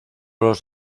los